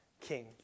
king